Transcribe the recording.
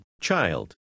child